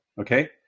okay